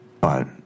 but